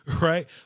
right